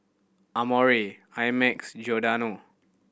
Amore I Max Giordano